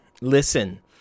Listen